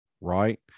Right